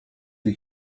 tej